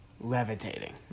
levitating